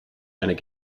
and